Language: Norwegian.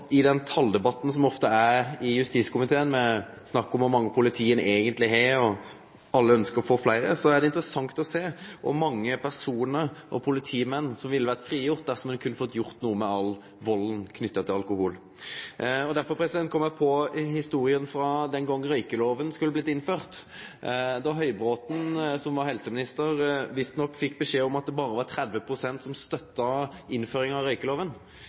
I den taldebatten som ofte er i justiskomiteen, med snakk om kor mange politifolk ein eigentleg har, og alle ønskjer å få fleire, er det interessant å sjå kor mange personar og politimenn som ville vore frigjorde dersom ein kunne fått gjort noko med all valden knytt til alkohol. Derfor kom eg på historia frå den gongen røykelova skulle bli innførd, då Høybråten, som var helseminister, visstnok fekk beskjed om at det berre var 30 pst. som støtta innføring av